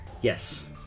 Yes